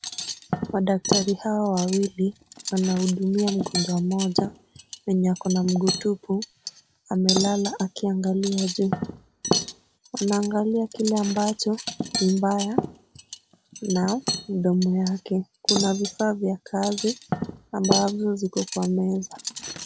Madaktari hawa wawili wanahudumia mgonjwa mmoja mwenye ako na mguu tupu, amelala akiangalia juu. Anaangalia kile ambacho ni mbaya na mdomo yake. Kuna vifaa vya kazi ambavyo ziko kwa meza.